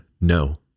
no